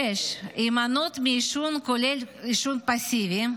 דבר שישי, הימנעות מעישון, כולל עישון פסיבי,